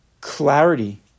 clarity